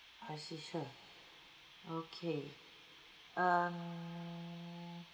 I see so okay um